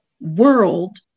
world